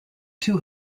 two